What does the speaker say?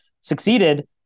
succeeded